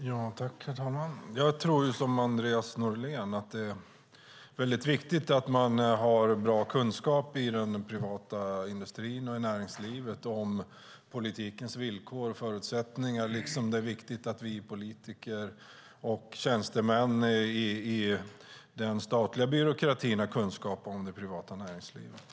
Herr talman! Jag tror som Andreas Norlén att det är väldigt viktigt att man i den privata industrin och näringslivet har bra kunskap om politikens villkor och förutsättningar, liksom det är viktigt att vi politiker och tjänstemän i den statliga byråkratin har kunskap om det privata näringslivet.